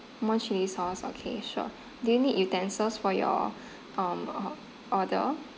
more chilli sauce okay sure do you need utensils for your um or~ order